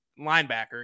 linebacker